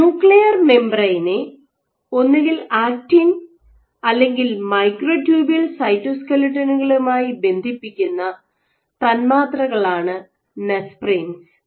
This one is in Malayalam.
ന്യൂക്ലിയർ മെംബ്രയ്നെ ഒന്നുകിൽ ആക്റ്റിൻ അല്ലെങ്കിൽ മൈക്രോട്യൂബുൾ സൈറ്റോസ്ക്ലെറ്റോണുകളുമായി ബന്ധിപ്പിക്കുന്ന തന്മാത്രകളാണ് നെസ്പ്രിൻസ്